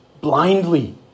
blindly